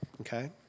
okay